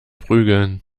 prügeln